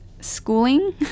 schooling